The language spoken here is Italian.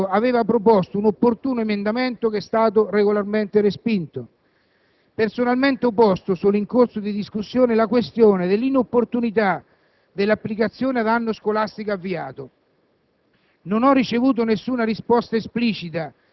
Sui tempi di applicazione il collega Davico aveva proposto un opportuno emendamento che è stato regolarmente respinto. Personalmente ho posto, solo in corso di discussione, la questione dell'inopportunità dell'applicazione ad anno scolastico avviato.